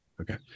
Okay